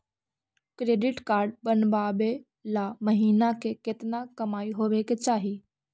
Credit card बनबाबे ल महीना के केतना कमाइ होबे के चाही?